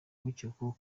ukekwaho